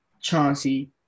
Chauncey